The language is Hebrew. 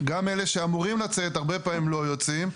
גם אלה שאמורים לצאת הרבה פעמים לא יוצאים,